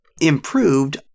improved